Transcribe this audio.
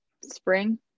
spring